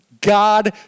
God